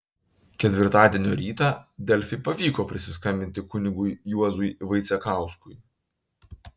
ketvirtadienio rytą delfi pavyko prisiskambinti kunigui juozui vaicekauskui